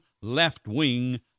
left-wing